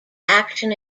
action